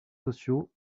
sociaux